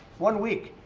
one week.